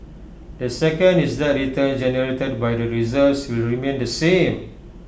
the second is that returns generated by the reserves will remain the same